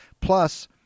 Plus